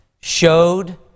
showed